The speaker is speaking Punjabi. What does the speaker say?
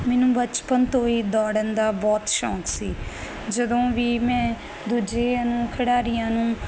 ਮੈਨੂੰ ਬਚਪਨ ਤੋਂ ਹੀ ਦੌੜਨ ਦਾ ਬਹੁਤ ਸ਼ੌਂਕ ਸੀ ਜਦੋਂ ਵੀ ਮੈਂ ਦੂਜੇ ਨੂੰ ਖਿਡਾਰੀਆਂ ਨੂੰ